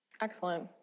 Excellent